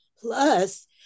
plus